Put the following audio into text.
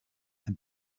and